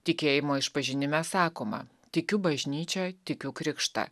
tikėjimo išpažinime sakoma tikiu bažnyčią tikiu krikštą